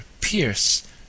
Pierce